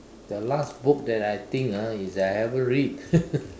the last book that I think uh is that I haven't read